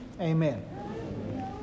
amen